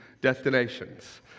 destinations